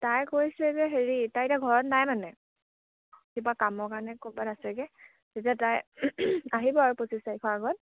তাই কৈছে যে হেৰি তাই এতিয়া ঘৰত নাই মানে কিবা কামৰ কাৰণে ক'ৰবাত আছেগে তেতিয়া তাই আহিব আৰু পঁচিছ তাৰিখৰ আগত